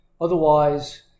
Otherwise